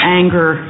anger